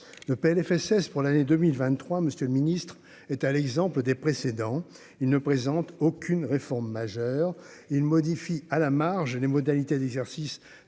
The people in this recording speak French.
le PLFSS pour l'année 2023 Monsieur le Ministre, est, à l'exemple des précédents, il ne présente aucune réforme majeure, ils modifient à la marge les modalités d'exercice